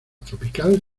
tropical